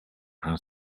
how